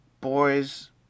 boys